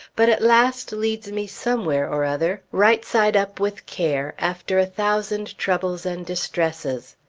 but at last leads me somewhere or other, right side up with care, after a thousand troubles and distresses.